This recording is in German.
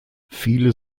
viele